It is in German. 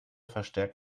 verstärkt